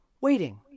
waiting